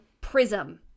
prism